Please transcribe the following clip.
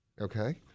okay